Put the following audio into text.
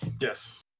yes